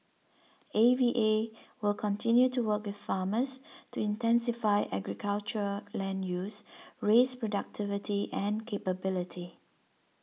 A V A will continue to work with farmers to intensify agriculture land use raise productivity and capability